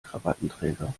krawattenträger